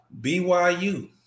BYU